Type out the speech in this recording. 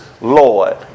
Lord